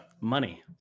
money